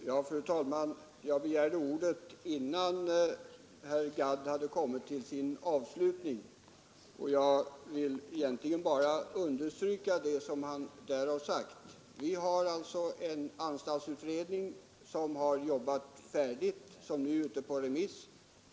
Fru talman! Jag begärde ordet innan herr Gadd hade kommit till slutet av sitt anförande, och jag kan egentligen bara understryka det han sagt i anförandets sista del. Anstaltsutredningen har arbetat färdigt, och dess betänkande är ute på remiss.